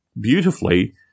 Beautifully